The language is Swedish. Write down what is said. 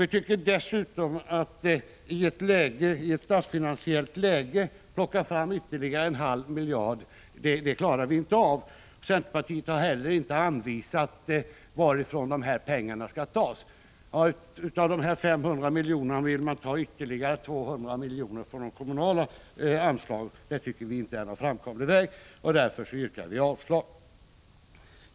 Vi anser dessutom att vi i ett statsfinansiellt läge som det nuvarande inte klarar av att plocka fram ytterligare en halv miljard. Centerpartiet har heller inte anvisat varifrån pengarna skall tas. Av de 500 miljonerna vill man ta ytterligare 200 miljoner från de kommunala anslagen. Det tycker vi inte är någon framkomlig väg, och därför yrkar vi avslag.